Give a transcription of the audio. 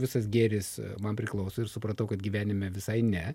visas gėris man priklauso ir supratau kad gyvenime visai ne